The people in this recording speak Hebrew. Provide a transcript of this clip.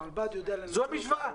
זו המשוואה.